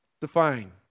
define